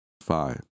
five